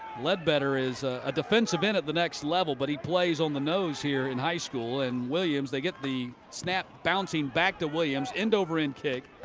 led better is a defensive end at the next level. but he plays on the nose here in high school. and williams, they get the snap bouncing back to williams, end-over-end kick.